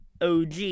OG